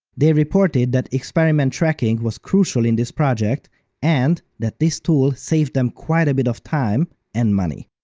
they reported that experiment tracking was crucial in this project and that this tool saved them quite a bit of time and money.